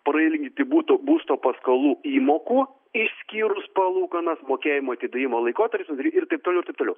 prailginti buto būsto paskolų įmokų išskyrus palūkanas mokėjimo atidėjimo laikotarpiu ir taip toliau ir taip toliau